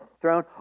throne